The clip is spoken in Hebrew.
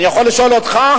אני יכול לשאול אותך,